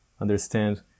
understand